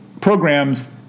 programs